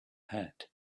had